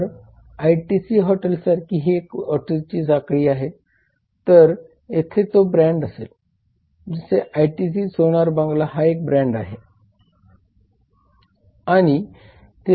जर आयटीसी हॉटेल्ससारखी ही इतर हॉटेल्सची साखळी असेल तर तेथे तो ब्रँड असेल जसे आयटीसी सोनार बांगला हा एक ब्रँड आहे